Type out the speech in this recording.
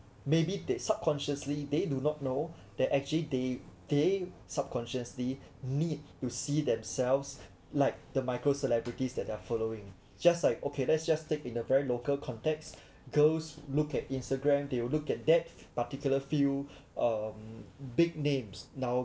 maybe they subconsciously they do not know that actually they they subconsciously need to see themselves like the micro celebrities that they're following just like okay let's just stick in a very local context girls look at Instagram they will look at that particular field um big names nao~